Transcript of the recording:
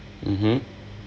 mmhmm